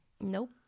Nope